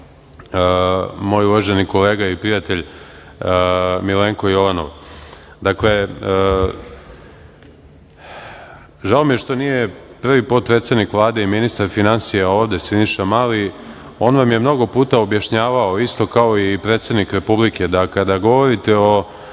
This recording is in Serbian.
moj uvaženi kolega i prijatelje, Milenko Jovanov. Dakle, žao mi je što nije prvi potpredsednik Vlade i ministar finansija ovde Siniša Mali, on vam je mnogo puta objašnjavao isto kao i predsednik Republike, da kada govorite o